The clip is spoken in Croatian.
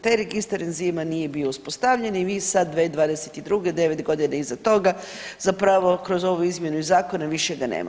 Taj registar enzima nije bio uspostavljen i vi sad 2022., 9 godina iza toga zapravo kroz ovu izmjenu zakona više ga nema.